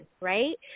right